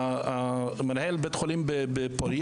הגיע מנהל בית החולים בפורייה,